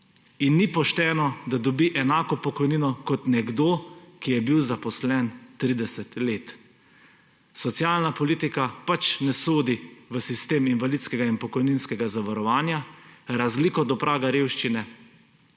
in ni pošteno, da dobi enako pokojnino kot nekdo, ki je bil zaposlen 30 let. Socialna politika pač ne sodi v sistem invalidskega in pokojninskega zavarovanja, razliko do praga revščine